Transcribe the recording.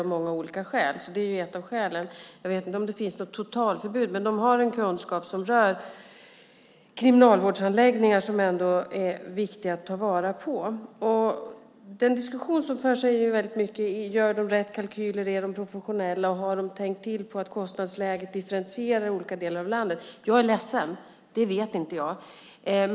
Jag vet inte om det finns något totalförbud mot att göra annorlunda, men Specialfastigheter har en kunskap om kriminalvårdsanläggningar som är viktig att ta vara på. Den diskussion som förs gäller i mycket om de gör rätt kalkyler, är professionella och har tänkt till om att kostnadsläget är differentierat i olika delar av landet. Jag är ledsen, men jag vet inte allt detta.